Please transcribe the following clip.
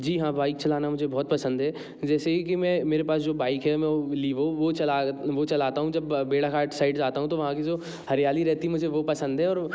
जी हाँ बाइक चलाना मुझे बहुत पसंद है जैसे ही कि मैं मेरे पास जो बाइक है मैं वो लीवो वो वो चलाता हूँ जब बेड़ाघाट साइड जाता हूँ तो वहाँ की जो हरियाली रहती है मुझे वो पसंद है और